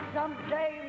Someday